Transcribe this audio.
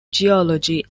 geology